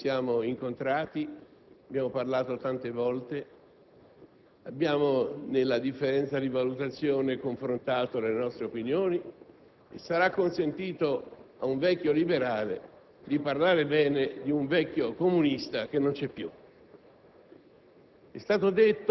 L'ho conosciuto, ci siamo incontrati, abbiamo parlato tante volte e, nella differenza di valutazione, confrontato le nostre opinioni. Sarà consentito ad un vecchio liberale di parlar bene di un vecchio comunista che non c'è più.